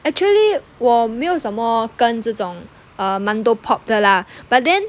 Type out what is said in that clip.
actually 我没有什么跟这种 mandopop 的 lah but then